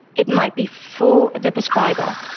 it might be for the prescriber.